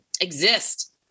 exist